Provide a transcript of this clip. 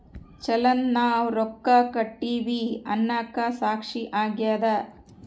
ಚಲನ್ ನಾವ್ ರೊಕ್ಕ ಕಟ್ಟಿವಿ ಅನ್ನಕ ಸಾಕ್ಷಿ ಆಗ್ಯದ